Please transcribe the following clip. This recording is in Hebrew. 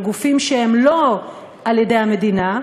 על גופים שהם לא מטעם המדינה,